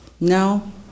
no